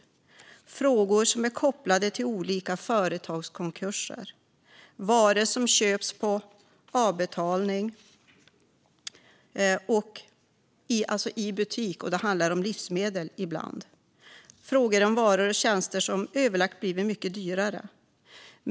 Vidare handlar det om frågor kopplade till olika företagskonkurser och frågor om varor som köps på avbetalning i butik - ibland handlar det om livsmedel - samt om varor och tjänster som överlag blivit mycket dyrare.